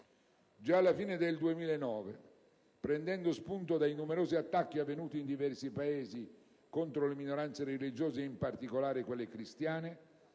Già alla fine del 2009, prendendo spunto dai numerosi attacchi avvenuti in diversi Paesi contro le minoranze religiose - in particolare quelle cristiane